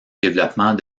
développement